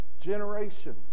generations